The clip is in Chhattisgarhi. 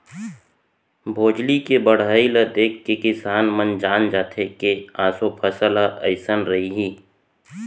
भोजली के बड़हई ल देखके किसान मन जान जाथे के ऑसो फसल ह अइसन रइहि